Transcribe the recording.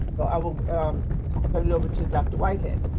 i'll turn it over to dr. whitehead